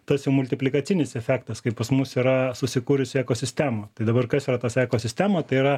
tas jau multiplikacinis efektas kai pas mus yra susikūrusi ekosistema tai dabar kas yra tas ekosistema tai yra